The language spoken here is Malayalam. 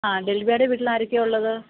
ആഹ് ദിൽബയുടെ വീട്ടിൽ ആരൊക്കെയാണുള്ളത്